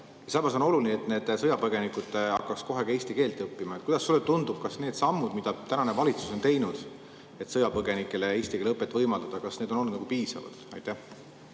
Samas on oluline, et sõjapõgenikud hakkaks kohe ka eesti keelt õppima. Kuidas sulle tundub, kas need sammud, mida tänane valitsus on teinud, et sõjapõgenikele eesti keele õpet võimaldada, on olnud piisavad? Austatud